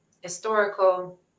historical